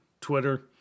Twitter